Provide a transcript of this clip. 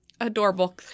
adorable